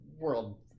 world